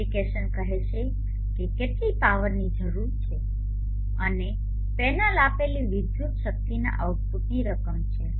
application કહેશે કે કેટલી પા પાવરની જરૂર છે અને પેનલ આપેલી વિદ્યુત શક્તિના આઉટપુટની રકમ છે